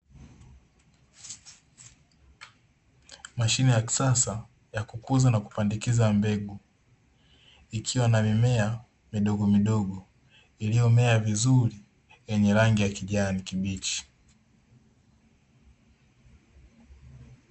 Mashine ya kisasa ya kukuza na kupandikiza mbegu, ikiwa na mimea midogomidogo iliyomea vizuri yenye rangi ya kijani kibichi.